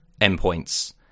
endpoints